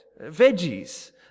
veggies